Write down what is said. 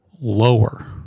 lower